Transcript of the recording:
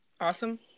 awesome